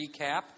recap